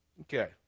Okay